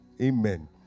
Amen